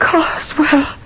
Coswell